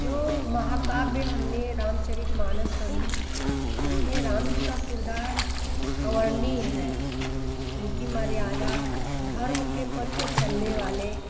जो महाकाव्य हमने रामचरित मानस पढ़ी उसमें राम जी का किरदार अवरणीय है उनकी मर्यादा धर्म के पथ पर चलने वाले